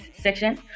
section